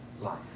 life